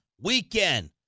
weekend